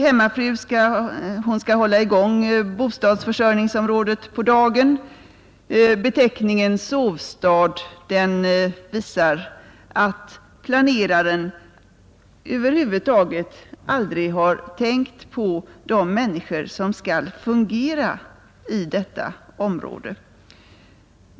Hemmafrun skall hålla igång bostadsförsörjningsområdet på dagen — beteckningen ”sovstad” visar att planeraren över huvud taget aldrig har tänkt på de människor som skall fungera i detta område.